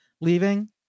leaving